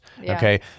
okay